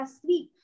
asleep